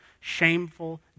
shameful